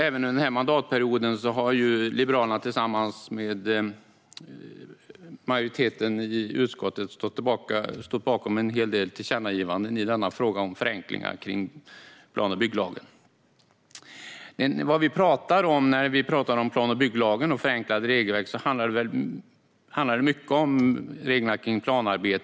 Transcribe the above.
Även under denna mandatperiod har Liberalerna tillsammans med majoriteten i utskottet stått bakom en hel del tillkännagivanden om förenklingar kring plan och bygglagen. När vi pratar om plan och bygglagen och förenklade regelverk handlar det mycket om reglerna kring planarbetet.